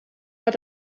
hat